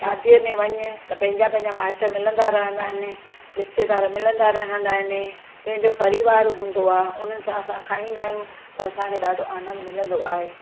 शादी में वञु त पंहिंजा पंहिंजा माइटु मिलंदा रहंदा आहिनि रिश्तेदार मिलंदा रहंदा आहिनि पंहिंजो परिवारु हूंदो आहे उन सां असां खाईंदा आहियूं त असांखे ॾाढो आनंदु मिलंदो आहे